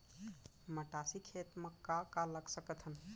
मटासी खेत म का का लगा सकथन?